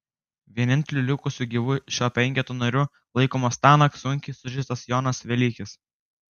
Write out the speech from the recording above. vieninteliu likusiu gyvu šio penketo nariu laikomas tąnakt sunkiai sužeistas jonas velykis